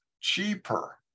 cheaper